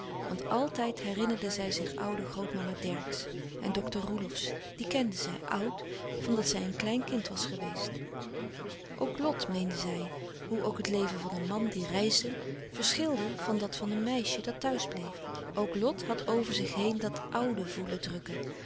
want àltijd herinnerde zij zich oude grootmama dercksz en dokter roelofsz die kende zij oud van dat zij een klein kind was geweest ook lot meende zij hoe ook het leven van een man die reisde verschilde van dat van een meisje dat thuis bleef ook lot had over zich heen dat oude voelen drukken